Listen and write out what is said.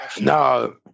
No